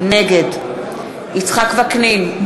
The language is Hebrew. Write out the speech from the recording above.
נגד יצחק וקנין,